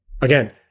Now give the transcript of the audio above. Again